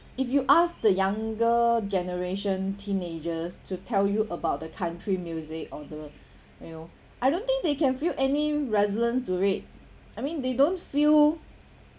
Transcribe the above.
if you ask the younger generation teenagers to tell you about the country music or the you know I don't think they can feel any relevance to it I mean they don't feel